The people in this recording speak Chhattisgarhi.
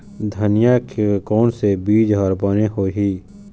धनिया के कोन से बीज बने होही?